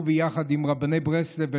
הוא ביחד עם רבני ברסלב,